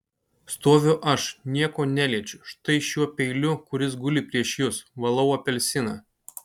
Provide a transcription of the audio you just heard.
stoviu aš nieko neliečiu štai šiuo peiliu kuris guli prieš jus valau apelsiną